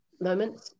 moment